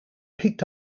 picked